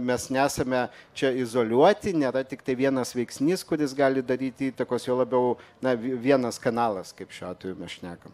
mes nesame čia izoliuoti nėra tiktai vienas veiksnys kuris gali daryti įtakos juo labiau na vienas kanalas kaip šiuo atveju mes šnekam